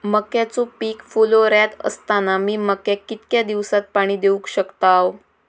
मक्याचो पीक फुलोऱ्यात असताना मी मक्याक कितक्या दिवसात पाणी देऊक शकताव?